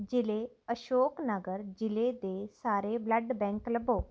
ਜ਼ਿਲ੍ਹੇ ਅਸ਼ੋਕ ਨਗਰ ਜ਼ਿਲ੍ਹੇ ਦੇ ਸਾਰੇ ਬਲੱਡ ਬੈਂਕ ਲੱਭੋ